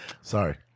Sorry